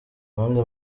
uwundi